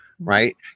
Right